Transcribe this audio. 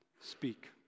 speak